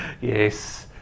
Yes